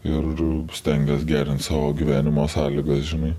ir stengies gerint savo gyvenimo sąlygas žinai